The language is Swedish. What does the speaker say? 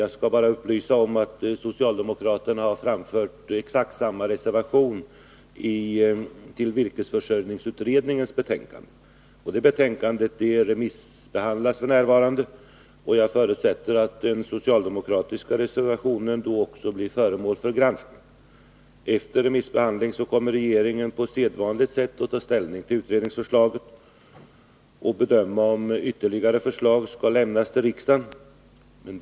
Jag kan bara upplysa om att socialdemokraterna har avgivit exakt samma reservation till virkesförsörjningsutredningens betänkande, vilket f. n. remissbehandlas. Jag förutsätter att den socialdemokratiska reservationen då också blir föremål för granskning. Efter remissbehandlingen kommer regeringen på sedvanligt sätt att ta ställning till utredningsförslaget och bedöma om ytterligare förslag skall lämnas till riksdagen.